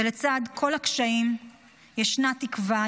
ולצד כל הקשיים ישנה תקווה,